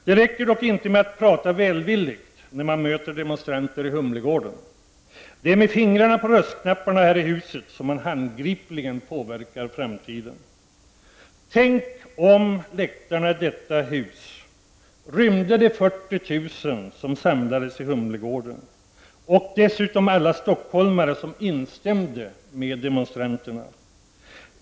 Det räcker dock inte med att prata välvilligt när man möter demonstranter i Humlegården. Det är ju med fingrarna på röstknapparna här i huset som man handgripligen påverkar framtiden. Tänk om läktarna i detta hus kunde rymma de 40 000 människor som samlades i Humlegården och dessutom alla de stockholmare som instämde med demonstranterna!